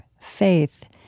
faith